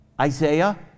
Isaiah